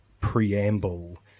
preamble